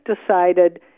decided